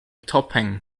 topping